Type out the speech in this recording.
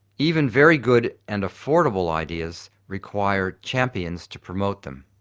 even very good and affordable ideas require champions to promote them.